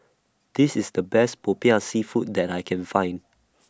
This IS The Best Popiah Seafood that I Can Find